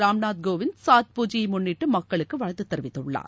ராம் நாத் கோவிந்த் சாத் பூஜையை முன்னிட்டு மக்களுக்கு வாழ்த்துத் தெரிவித்துள்ளார்